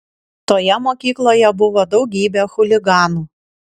toje mokykloje buvo daugybė chuliganų